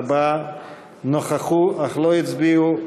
ארבעה נכחו אך לא הצביעו.